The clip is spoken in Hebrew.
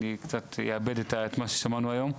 אני קצת אעבד את מה ששמענו היום.